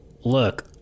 look